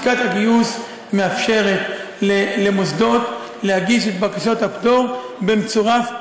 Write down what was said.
לשכת הגיוס מאפשרת למוסדות להגיש את בקשות הפטור במצורף,